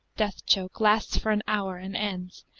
death-choke, lasts for an hour and ends,